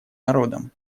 народом